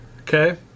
Okay